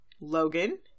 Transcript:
Logan